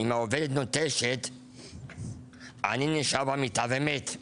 אם העובדת נוטשת אני נשאר במיטה ומת.